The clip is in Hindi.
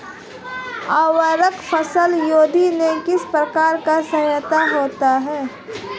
उर्वरक फसल वृद्धि में किस प्रकार सहायक होते हैं?